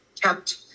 kept